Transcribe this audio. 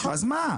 אז מה?